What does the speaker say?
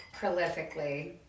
prolifically